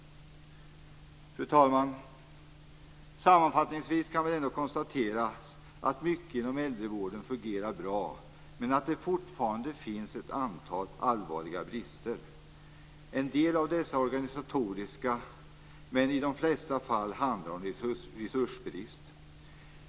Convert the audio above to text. Fru talman! Sammanfattningsvis kan man ändå konstatera att mycket inom äldrevården fungerar bra, men att det fortfarande finns ett antal allvarliga brister. En del av dessa är organisatoriska, men i de flesta fallen handlar det om resursbrist.